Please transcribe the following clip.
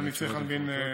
ואת זה אני צריך להעביר בכתב.